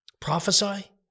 prophesy